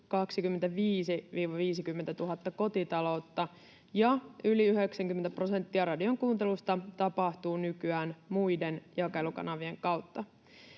25 000—50 000 kotitaloutta, ja yli 90 prosenttia radion kuuntelusta tapahtuu nykyään muiden jakelukanavien kautta.